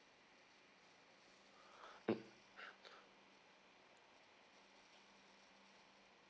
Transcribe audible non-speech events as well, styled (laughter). (breath) mm